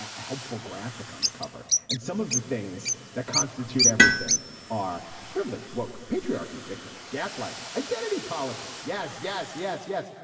ah helpful graphic on the cover and some of the things that constitute everything are privilege what patriarchy victims gaslighting identity politics. yes yes yes yes.